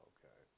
Okay